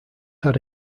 had